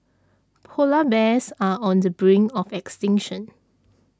Polar Bears are on the brink of extinction